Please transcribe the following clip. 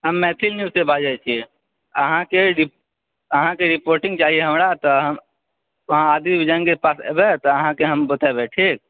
हम मैथिल न्यूज सॅं बाजै छी अहाँकेँ अहाँकेँ रिपोर्टिंग चाही हमरा तऽ अहाँ आदित्य विजन के पास एबै तऽ हम अहाँके बतेबै